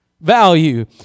Value